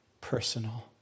personal